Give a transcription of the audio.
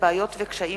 בנושא: בעיות וקשיים